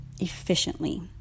efficiently